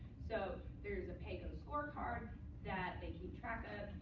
so there is a paygo scorecard that they keep track of,